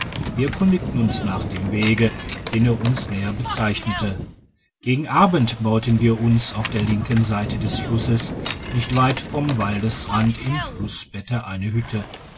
wir erkundigten uns nach dem wege den er uns näher bezeichnete gegen abend bauten wir uns auf der linken seite des flusses nicht weit vom waldesrand im flussbette eine hütte